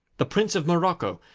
the prince of morocco,